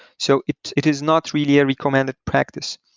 so it it is not really a recommended practice.